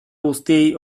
guztiei